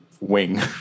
wing